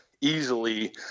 easily